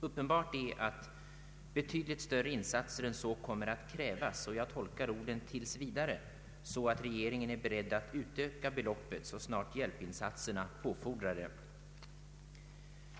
Uppenbart är att betydligt större insatser än så kommer att krävas, och jag tolkar orden ”tills vidare” så att regeringen är beredd att utöka beloppet så snart hjälpinsatserna påfordrar det.